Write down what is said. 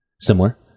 similar